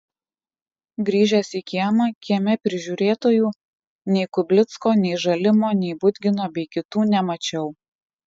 grįžęs į kiemą kieme prižiūrėtojų nei kublicko nei žalimo nei budgino bei kitų nemačiau